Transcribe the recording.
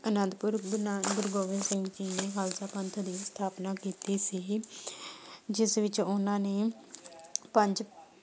ਅਨੰਦਪੁਰ ਗੁਰੂ ਨਾਨਕ ਗੁਰੂ ਗੋਬਿੰਦ ਸਿੰਘ ਜੀ ਨੇ ਖਾਲਸਾ ਪੰਥ ਦੀ ਸਥਾਪਨਾ ਕੀਤੀ ਸੀ ਜਿਸ ਵਿੱਚ ਉਹਨਾਂ ਨੇ ਪੰਜ